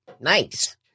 Nice